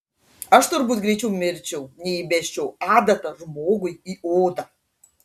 aš turbūt greičiau mirčiau nei įbesčiau adatą žmogui į odą